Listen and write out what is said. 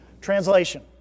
Translation